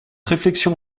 réflexion